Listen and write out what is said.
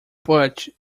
but